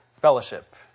fellowship